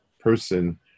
person